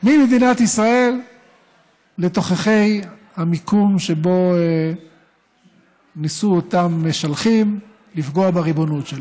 ממדינת ישראל לתוככי המיקום שבו ניסו אותם משלחים לפגוע בריבונות שלנו.